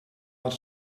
had